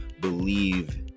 believe